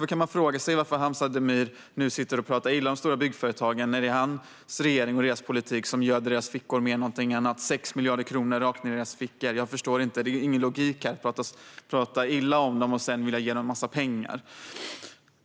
Man kan därför fråga sig varför Hamza Demir nu talar illa om stora byggföretag. Det är ju den regering och dess politik som han stöder som göder deras fickor mer än något annat. 6 miljarder kronor går rakt ned i byggföretagens fickor. Jag förstår inte det här. Det finns ingen logik i att först tala illa om dem och sedan vilja ge dem en massa pengar.